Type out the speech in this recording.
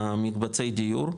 במקבצי הדיור,